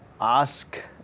ask